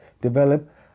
develop